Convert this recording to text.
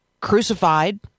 crucified